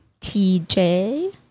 TJ